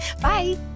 Bye